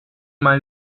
mal